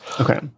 Okay